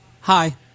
Hi